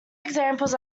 examples